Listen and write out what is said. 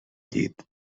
llit